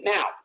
Now